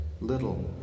little